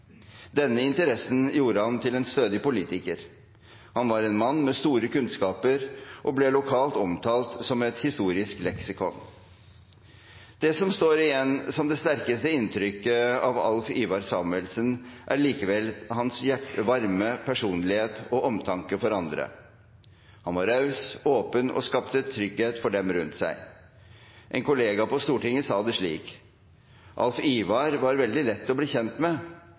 Denne interessen gjorde ham til en stødig politiker. Han var en mann med store kunnskaper og ble lokalt omtalt som et historisk leksikon. Det som står igjen som det sterkeste inntrykket av Alf Ivar Samuelsen, er likevel hans varme personlighet og omtanke for andre. Han var raus, åpen og skapte trygghet for dem rundt seg. En kollega på Stortinget sa det slik: «Alf Ivar var veldig lett å bli kjent med.